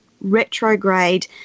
retrograde